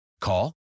Call